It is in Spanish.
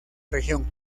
región